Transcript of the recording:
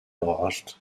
guard